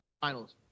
finals